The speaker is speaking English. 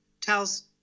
tells